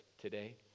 today